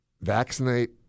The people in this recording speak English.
Vaccinate